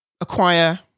acquire